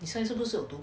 现在这个速度